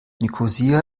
nikosia